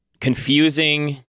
confusing